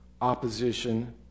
opposition